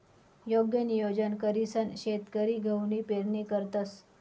योग्य नियोजन करीसन शेतकरी गहूनी पेरणी करतंस